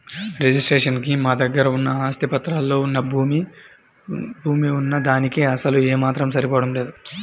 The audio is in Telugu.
రిజిస్ట్రేషన్ కి మా దగ్గర ఉన్న ఆస్తి పత్రాల్లో వున్న భూమి వున్న దానికీ అసలు ఏమాత్రం సరిపోడం లేదు